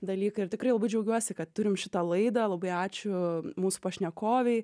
dalykai ir tikrai labai džiaugiuosi kad turim šitą laidą labai ačiū mūsų pašnekovei